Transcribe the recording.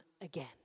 again